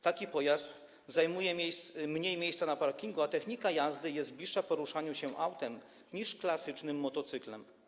Taki pojazd zajmuje mniej miejsca na parkingu, a technika jazdy jest bliższa technice poruszania się autem niż klasycznym motocyklem.